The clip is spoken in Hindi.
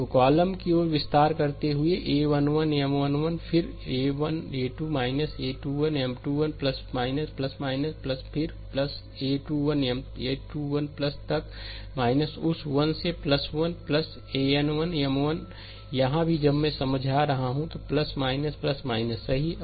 तो कॉलम की ओर विस्तार करते हुए a 1 1 M 1 1 फिर a 2 a 21 M 21 फिर a 2 1 M 2 1 तक उस 1 से 1 1 an 1 Mn 1 यहाँ भी जब मैं यह समझा रहा हूँ सही है